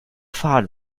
fahrt